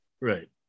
right